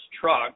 truck